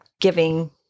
giving